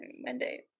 Monday